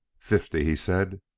fifty, he said.